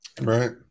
Right